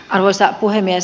arvoisa puhemies